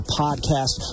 podcast